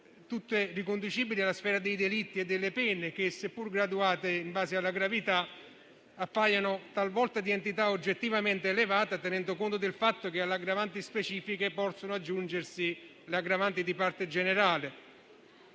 tutte riconducibili alla sfera dei delitti e delle pene, che, seppur graduate in base alla gravità, appaiono talvolta di entità oggettivamente elevata, tenendo conto del fatto che alle aggravanti specifiche possono aggiungersi le aggravanti di parte generale.